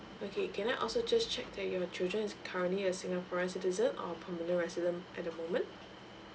okay can I also just check that your children is currently a singaporean citizen or a permanent resident at the moment